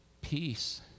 peace